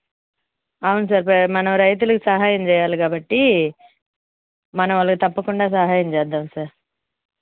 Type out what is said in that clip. అవును సార్ ప్ర మనం రైతులకి సహాయం చేయాలి కాబట్టి మనం వాళ్ళకి తప్పకుండా సహాయం చేద్దాం సార్